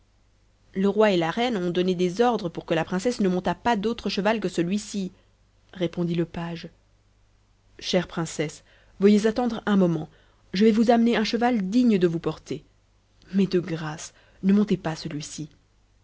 le roi et la reine ont donné des ordres pour que la princesse ne montât pas d'autre cheval que celui-ci répondit le page chère princesse veuillez attendre un moment je vais vous amener un cheval digne de vous porter mais de grâce ne montez pas celui-ci